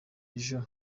ejo